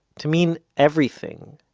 to mean everything,